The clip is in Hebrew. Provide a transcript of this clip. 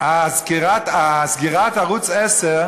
זה לא חוק לסגירת עיתון,